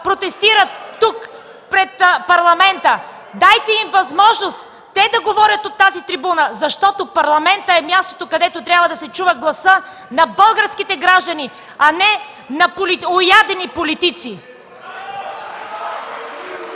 протестират тук, пред Парламента. Дайте им възможност да говорят от тази трибуна, защото Парламентът е мястото, където трябва да се чува гласът на българските граждани, а не на оядени политици.